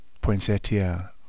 poinsettia